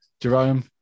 Jerome